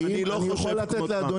אני לא חושב כמוך.